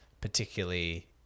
particularly